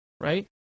Right